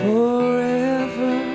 Forever